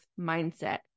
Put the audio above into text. mindset